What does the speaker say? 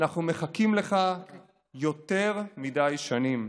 "אנחנו מחכים לך יותר מדי שנים".